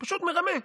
פשוט מרמה.